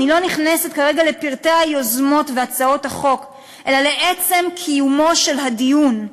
אני לא נכנסת כרגע לפרטי היוזמות והצעות החוק אלא לעצם קיומו של הדיון.